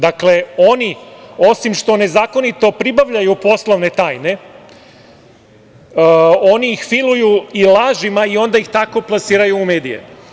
Dakle, oni osim što nezakonito pribavljaju poslovne tajne, oni ih filuju i lažima i onda ih tako plasiraju u medije.